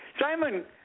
Simon